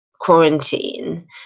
Quarantine